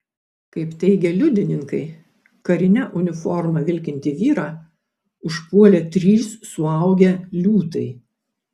kaip teigia liudininkai karine uniforma vilkintį vyrą užpuolė trys suaugę liūtai